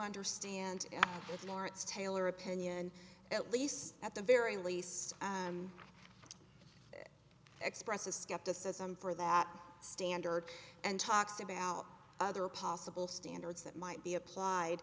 understand it's lawrence taylor opinion at least at the very least and expresses skepticism for that standard and talks about other possible standards that might be applied